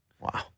Wow